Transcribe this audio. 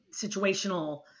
Situational